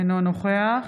אינו נוכח